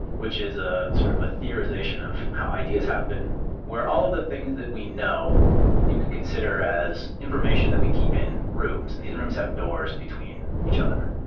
which is ah sort of a theorization of how ideas happen where all of the things that we know you could consider as information that we keep in rooms, and these rooms have doors between each other.